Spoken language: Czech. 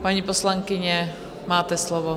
Paní poslankyně, máte slovo.